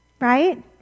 right